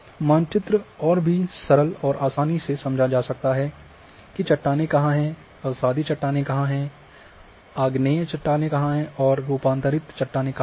मानचित्र और भी सरल और आसानी से समझा जा सकता है कि चट्टानें कहां हैं अवसादी चट्टानें कहां हैं आग्नेय चट्टानें कहां हैं और रूपान्तरित चट्टानें कहां हैं